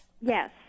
Yes